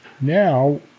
Now